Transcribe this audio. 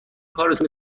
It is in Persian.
کارتو